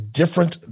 different